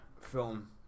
film